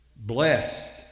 Blessed